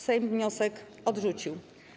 Sejm wniosek odrzucił.